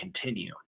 continue